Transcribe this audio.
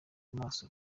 amaso